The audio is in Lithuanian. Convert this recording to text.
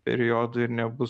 periodu ir nebus